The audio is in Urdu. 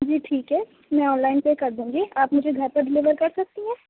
جی ٹھیک ہے میں آنلائن پے کر دوں گی آپ مجھے گھر پر ڈلیور کر سکتی ہیں